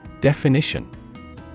Definition